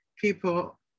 people